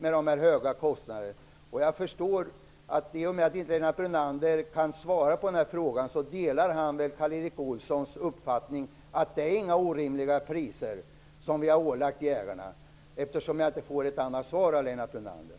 De höga kostnaderna här är alltså orimliga. I och med att Lennart Brunander inte kan ge ett svar delar han väl Karl Erik Olsssons uppfattning att de avgifter som vi har ålagt jägarna inte är orimliga. Så tolkar jag detta, eftersom jag inte får något svar från